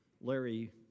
Larry